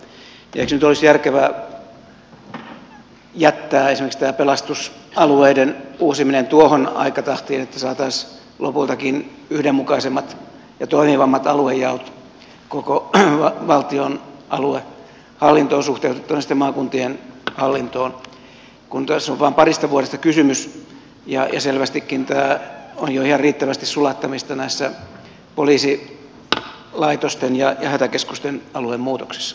eikö nyt olisi järkevää jättää esimerkiksi tämä pelastusalueiden uusiminen tuohon aikatahtiin että saataisiin lopultakin yhdenmukaisemmat ja toimivammat aluejaot koko valtion aluehallintoon suhteutettuna ja sitten maakuntien hallintoon kun tässä on vain parista vuodesta kysymys ja selvästikin on jo ihan riittävästi sulattamista näissä poliisilaitosten ja hätäkeskusten aluemuutoksissa